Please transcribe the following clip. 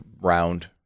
round